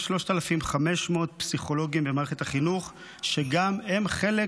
יש 3,500 פסיכולוגים במערכת החינוך, וגם הם חלק